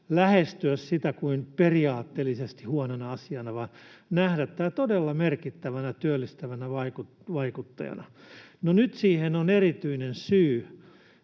lähestyä sitä kuin periaatteellisesti huonona asiana vaan nähdä tämä todella merkittävänä työllistävänä vaikuttajana. No nyt siihen on erityinen syy,